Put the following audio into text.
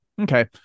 Okay